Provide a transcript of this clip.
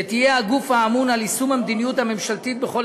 שתהיה הגוף האמון על יישום המדיניות הממשלתית בכל